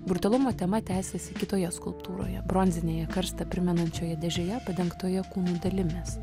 brutalumo tema tęsėsi kitoje skulptūroje bronzinėje karstą primenančioje dėžėje padengtoje kūnų dalimis